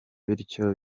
bityo